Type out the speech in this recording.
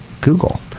Google